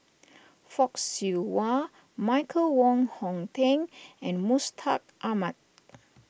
Fock Siew Wah Michael Wong Hong Teng and Mustaq Ahmad